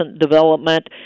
development